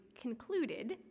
concluded